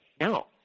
no